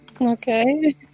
okay